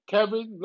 Kevin